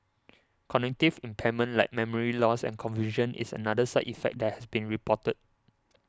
cognitive impairment like memory loss and confusion is another side effect that has been reported